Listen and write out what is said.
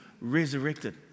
resurrected